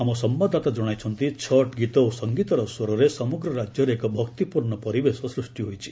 ଆମ ସମ୍ଘାଦଦାତା ଜଣାଇଛନ୍ତି ଛଟ୍ ଗୀତ ଓ ସଙ୍ଗୀତର ସ୍ୱରରେ ସମଗ୍ର ରାଜ୍ୟରେ ଏକ ଭକ୍ତିପୂର୍ଣ୍ଣ ପରିବେଶ ସୃଷ୍ଟି ହୋଇଛି